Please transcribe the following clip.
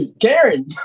Karen